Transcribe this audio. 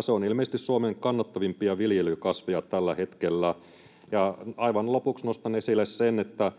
se on ilmeisesti Suomen kannattavimpia viljelykasveja tällä hetkellä. Ja aivan lopuksi nostan esille sen, että